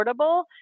affordable